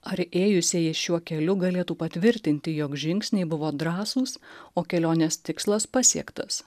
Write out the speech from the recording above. ar ėjusieji šiuo keliu galėtų patvirtinti jog žingsniai buvo drąsūs o kelionės tikslas pasiektas